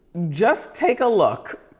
just take a look.